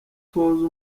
utoza